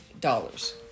dollars